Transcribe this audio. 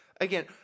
Again